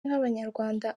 nk’abanyarwanda